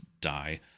die